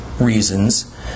reasons